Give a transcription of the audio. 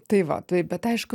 tai va tai bet aišku